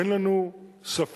אין לנו ספק,